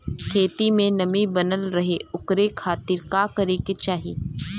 खेत में नमी बनल रहे ओकरे खाती का करे के चाही?